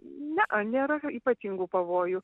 nea nėra ypatingų pavojų